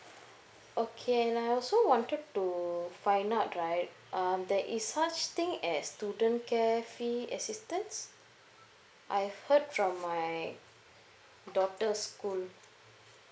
okay and I also wanted to find out right um there is such thing as student care fee assistance I've heard from my daughter school